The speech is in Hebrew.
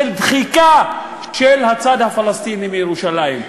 של דחיקת הצד הפלסטיני מירושלים.